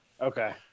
Okay